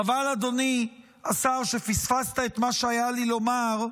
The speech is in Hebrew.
חבל, אדוני השר, שפספסת את מה שהיה לי לומר.